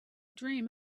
dream